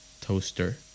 toaster